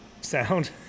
sound